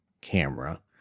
camera